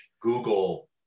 Google